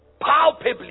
palpably